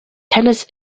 tennis